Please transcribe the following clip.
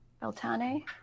Beltane